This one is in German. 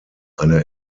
eine